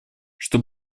что